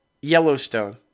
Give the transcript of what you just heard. Yellowstone